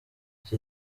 iki